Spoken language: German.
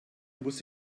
muss